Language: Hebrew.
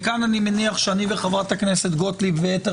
וכאן אני מניח שאני וחברת הכנסת גוטליב ויתר